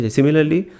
Similarly